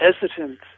hesitant